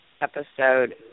episode